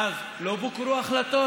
ואז לא בוקרו החלטות?